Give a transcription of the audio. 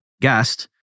guest